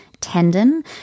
tendon